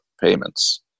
payments